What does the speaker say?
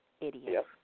Idiot